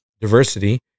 diversity